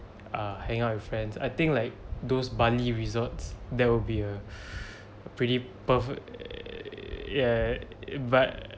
uh hang out with friends I think like those bali resorts there will be a a pretty perfect yeah but